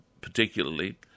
particularly